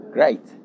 Great